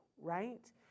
right